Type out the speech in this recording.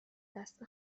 دست